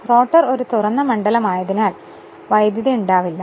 rotor ഒരു തുറന്ന മണ്ഡലം ആയതിനാൽ അതിൽ വൈദ്യുതി ഉണ്ടാവില്ല